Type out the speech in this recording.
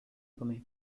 come